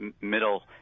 middle